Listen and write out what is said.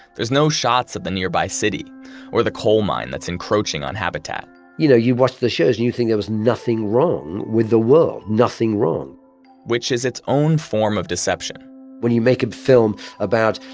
there's no shots of the nearby city or the coal mine that's encroaching on habitat you know, you watch the shows, and you think there was nothing wrong with the world, nothing wrong which is its own form of deception when you make a film about,